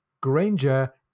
Granger